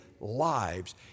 lives